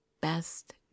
best